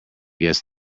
guess